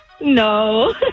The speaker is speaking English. No